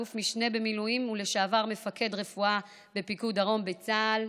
אלוף משנה במילואים ולשעבר מפקד רפואה בפיקוד דרום בצה"ל,